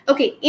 Okay